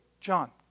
John